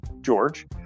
George